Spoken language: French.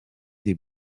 des